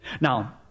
Now